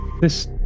This